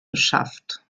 beschafft